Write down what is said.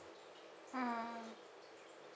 mm